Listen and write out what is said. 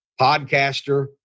podcaster